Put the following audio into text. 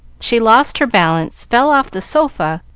she lost her balance, fell off the sofa,